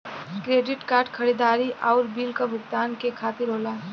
credit card खरीदारी आउर bill क भुगतान के खातिर होला